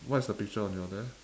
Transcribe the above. what is the picture on your left